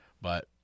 but-